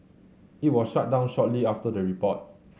it was shut down shortly after the report